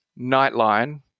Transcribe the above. Nightline